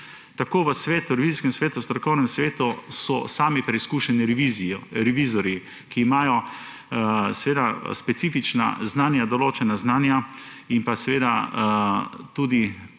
Tako v Revizijskem svetu, Strokovnem svetu so sami preizkušeni revizorji, ki imajo specifična znanja, določena znanja in tudi